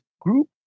group